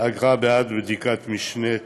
אגרה בעד בדיקות משנה),